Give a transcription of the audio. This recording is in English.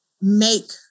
make